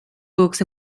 books